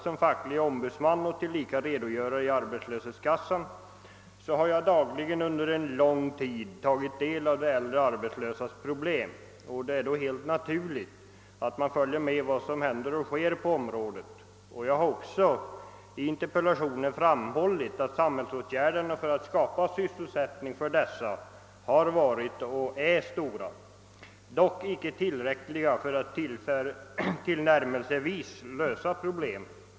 Som facklig ombudsman och tilllika redogörare i en arbetslöshetskassa har jag dagligen under lång tid tagit del av de äldre arbetslösas problem. Jag följer alltså helt naturligt med vad som händer och sker på området, och jag har i interpellationen också framhållit att samhällsåtgärderna för att skapa sysselsättning för äldre arbetskraft varit och är omfattande men ändå inte tillräckliga för att ens tillnärmelsevis lösa problemen.